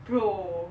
pro